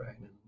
right